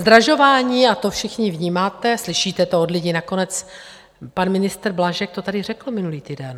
Zdražování a to všichni vnímáte, slyšíte to od lidí, nakonec pan ministr Blažek to tady řekl minulý týden.